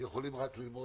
רק ללמוד.